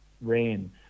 rain